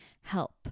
help